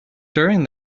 during